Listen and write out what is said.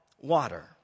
water